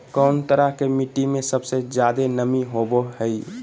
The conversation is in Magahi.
कौन तरह के मिट्टी में सबसे जादे नमी होबो हइ?